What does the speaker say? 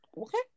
okay